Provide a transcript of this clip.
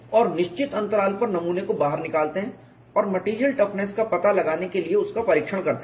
और निश्चित अंतराल पर नमूने को बाहर निकालते हैं और मेटेरियल टफनेस का पता लगाने के लिए उसका परीक्षण करते हैं